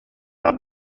are